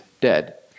dead